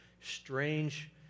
strange